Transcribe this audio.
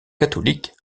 catholique